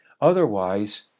Otherwise